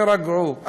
תירגעו.